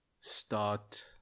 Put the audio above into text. start